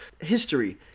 history